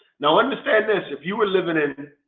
now understand this, if you were living in